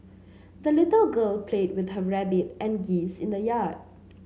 the little girl played with her rabbit and geese in the yard